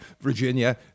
Virginia